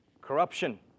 corruption